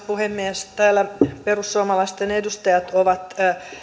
puhemies täällä perussuomalaisten edustajat ovat